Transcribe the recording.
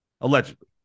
allegedly